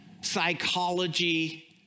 psychology